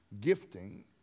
gifting